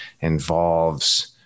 involves